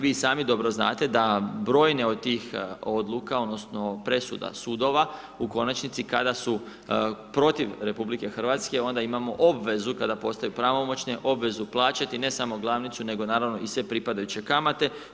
Vi sami dobro znate, da brojne od tih odluka, odnosno, presuda sudova, u konačnici, kada su protiv RH, onda imamo obvezu kada postaju pravomoćne obvezu plaćati, ne samo glavnicu, nego naravno i sve pripadajuće kamate.